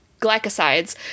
glycosides